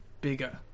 bigger